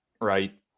right